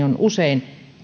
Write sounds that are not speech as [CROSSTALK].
[UNINTELLIGIBLE] on usein